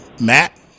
Matt